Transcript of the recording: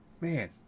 man